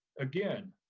again,